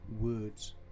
words